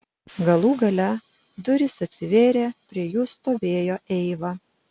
galų gale durys atsivėrė prie jų stovėjo eiva